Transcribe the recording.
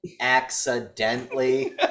accidentally